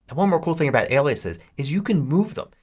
and one more cool thing about aliases is you can move them.